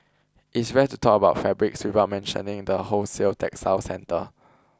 it is rare to talk about fabrics without mentioning the wholesale textile centre